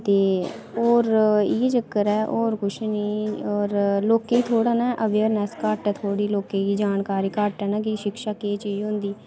ते होर इ'यै चक्कर ऐ होर कुछ नी होर लोकें गी थोह्ड़ा ना अवेयरनेस घट्ट ऐ थोह्ड़ी लोकें गी जानकारी घट्ट ऐ न थोह्ड़ी कि शिक्षा केह् चीज होंदी